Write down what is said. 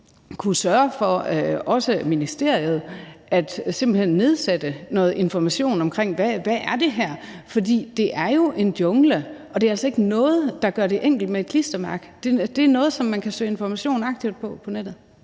kunne sørge for, også ministeriet, simpelt hen at indsætte noget information om, hvad det her angår. For det er jo en jungle, og et klistermærke er altså ikke noget, der gør det enkelt. Det er noget, som man kan søge information om aktivt på nettet.